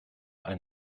ein